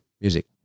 music